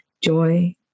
joy